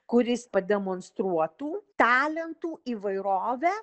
kuris pademonstruotų talentų įvairovę